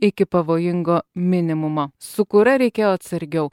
iki pavojingo minimumo su kuria reikėjo atsargiau